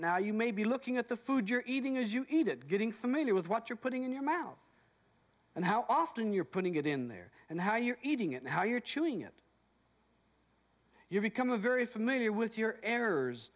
diet now you may be looking at the food you're eating as you eat it getting familiar with what you're putting in your mouth and how often you're putting it in there and how you're eating it and how you're chewing it you become a very familiar with your errors